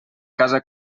casa